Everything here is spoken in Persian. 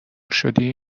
شدی